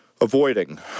avoiding